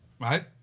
Right